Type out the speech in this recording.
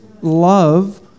Love